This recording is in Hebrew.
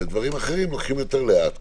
ולצערי הרב דברים אחרים הולכים יותר לאט,